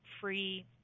free